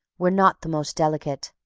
were not the most delicate.